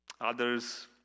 Others